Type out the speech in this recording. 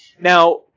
Now